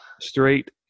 straight